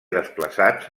desplaçats